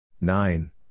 Nine